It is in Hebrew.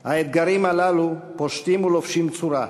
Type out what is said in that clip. האתגרים הללו פושטים ולובשים צורה.